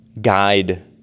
guide